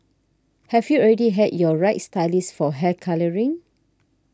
have you already had your right stylist for hair colouring